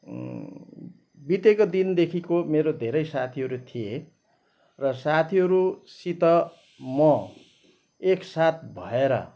बितेको दिनदेखिको मेरो धेरै साथीहरू थिए र साथीहरूसित म एकसाथ भएर